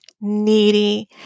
needy